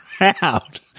Out